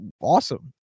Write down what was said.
awesome